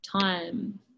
time